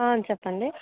చెప్పండి